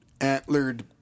antlered